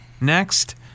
next